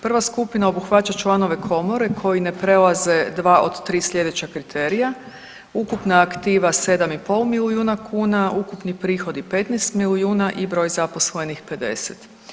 Prva skupina obuhvaća članove komore koji ne prelaze 2 od 3 slijedeća kriterija, ukupna aktiva 7,5 milijuna kuna, ukupni prihodi 15 milijuna i broj zaposlenih 50.